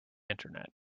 internet